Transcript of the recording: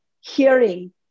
hearing